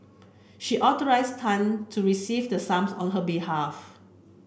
she authorised Tan to receive the sums on her behalf